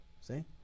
see